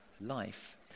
life